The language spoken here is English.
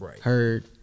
heard